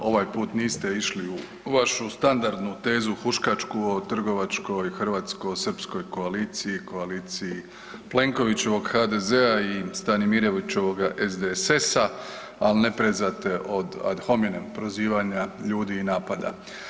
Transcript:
Ovaj put niste išli u vašu standardnu tezu huškačkoj o trgovačkoj hrvatsko-srpskoj koaliciji, koaliciji Plenkovićevog HDZ-a i Stanimivićevoga SDSS-a, ali ne prezate od ad hominem prozivanja ljudi i napada.